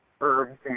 herbs